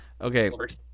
Okay